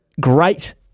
great